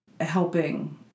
helping